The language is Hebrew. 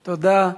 תודה.